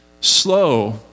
Slow